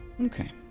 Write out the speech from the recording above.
Okay